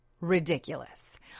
ridiculous